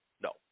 no